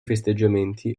festeggiamenti